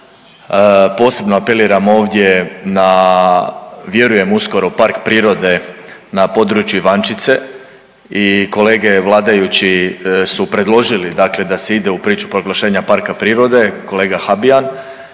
posebno apeliram ovdje na vjerujem uskoro park prirode na području Ivančice i kolege vladajući su predložili da se ide u priču proglašenja parka prirode, kolega Habijan.